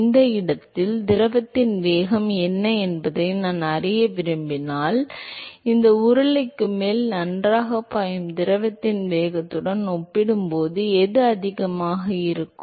அந்த இடத்தில் திரவத்தின் வேகம் என்ன என்பதை நான் அறிய விரும்பினால் இந்த உருளைக்கு மேலே நன்றாகப் பாயும் திரவத்தின் வேகத்துடன் ஒப்பிடும்போது எது அதிகமாக இருக்கும்